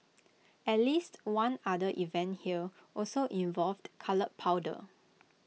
at least one other event here also involved coloured powder